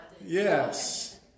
Yes